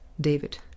David